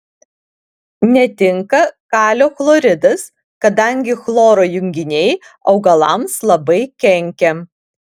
netinka kalio chloridas kadangi chloro junginiai augalams labai kenkia